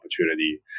opportunity